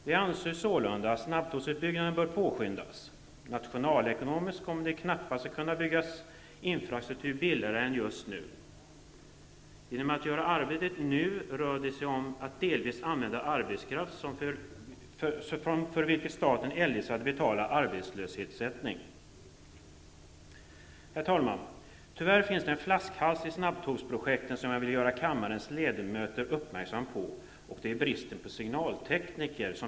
Vi anser sålunda att snabbtågsutbyggandet bör påskyndas. Nationalekonomiskt kommer det knappast att kunna byggas infrastruktur billigare än just nu. Att arbetet görs nu innebär att vi delvis använder arbetskraft för vilken staten eljest hade betalat arbetslöshetsersättning. Herr talman! Tyvärr finns det i snabbtågsprojektet en flaskhals som jag vill göra kammarens ledamöter uppmärksamma på, nämligen bristen på signaltekniker.